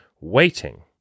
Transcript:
waiting